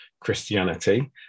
Christianity